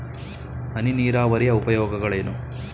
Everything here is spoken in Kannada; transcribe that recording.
ಹನಿ ನೀರಾವರಿಯ ಉಪಯೋಗಗಳೇನು?